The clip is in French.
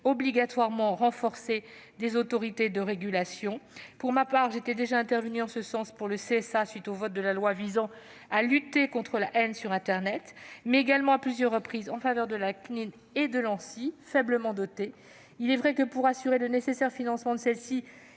renforcer les missions des autorités de régulation. Pour ma part, j'étais déjà intervenue en ce sens pour le CSA à la suite du vote de la loi visant à lutter contre les contenus haineux sur internet, mais également à plusieurs reprises en faveur de la CNIL et de l'Anssi, faiblement dotées. Il est vrai que, pour assurer le nécessaire financement de celles-ci,